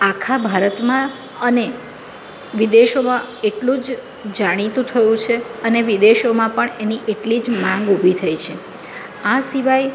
આખા ભારતમાં અને વિદેશોમાં એટલું જ જાણીતું થયું છે અને વિદેશોમાં પણ એની એટલી જ માંગ ઊભી થઈ છે આ સિવાય